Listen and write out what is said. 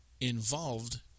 involved